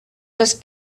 les